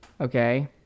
Okay